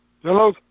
Hello